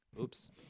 Oops